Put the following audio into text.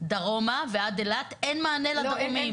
דרומה עד אילת, אין מענה לפונים.